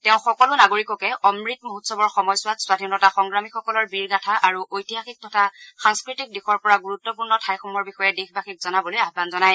তেওঁ সকলো নাগৰিককে অমৃত মহোৎসৱৰ সময়ছোৱাত স্বধীনতা সংগ্ৰামীসকলৰ বীৰগাঁথা আৰু ঐতিহাসিক তথা সাংস্কৃতিক দিশৰ পৰা গুৰুত্বপূৰ্ণ ঠাইসমূহৰ বিষয়ে দেশবাসীক জনাবলৈ আহান জনায়